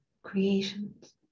Creations